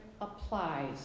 applies